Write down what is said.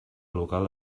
local